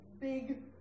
big